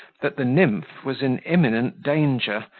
that the nymph was in imminent danger,